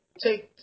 Take